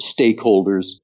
stakeholders